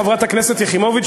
חברת הכנסת יחימוביץ,